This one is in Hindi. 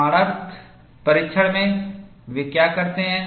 प्रमाणर्थ परीक्षण में वे क्या करते हैं